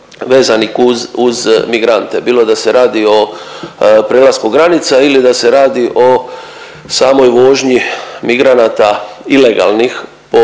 vezanih uz migrante bilo da se radi o prelasku granica ili da se radi o samoj vožnji migranata ilegalnih po,